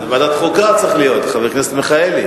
זה צריך להיות בוועדת חוקה, חבר הכנסת מיכאלי.